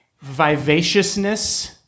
vivaciousness